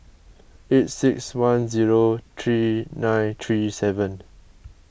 eight six one zero three nine three seven